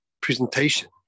presentation